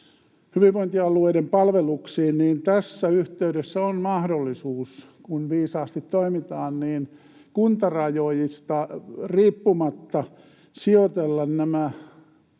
hyvinvointialueiden palvelukseen, niin tässä yhteydessä on mahdollisuus, kun viisaasti toimitaan, kuntarajoista riippumatta sijoitella tämä